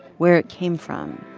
where it came from.